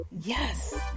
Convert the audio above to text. yes